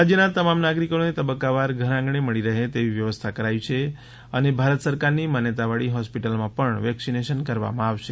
રાજ્યના તમામ નાગરિકોને તબક્કા વાર ઘર આંગણે મળી રહે તેવી વ્યવસ્થા કરાઇ છે અને ભારત સરકારની માન્યતા વાળી હોસ્પિટલમાં પણ વેકસીનેશન કરવામાં આવશે